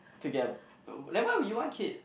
to get a then why would you want kids